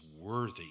worthy